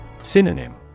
Synonym